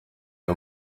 ayo